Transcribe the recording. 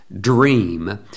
dream